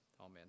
Amen